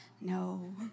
No